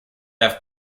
have